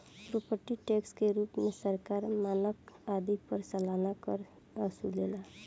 property tax के रूप में सरकार मकान आदि पर सालाना कर वसुलेला